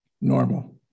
normal